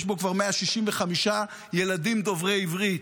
יש בו כבר 165 ילדים דוברי עברית.